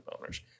owners